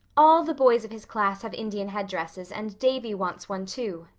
all the boys of his class have indian headdresses, and davy wants one too,